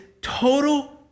total